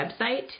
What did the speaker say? website